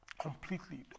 completely